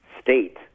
state